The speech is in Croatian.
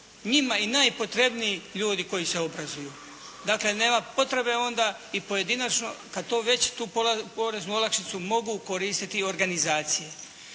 njima i najpotrebniji ljudi koji se obrazuju. Dakle, nema potrebe onda i pojedinačno kad to već tu poreznu olakšicu mogu koristiti i organizacije.